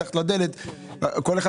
למשל אם אדם מקבל מכתב מתחת לדלת,